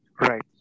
Right